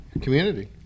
Community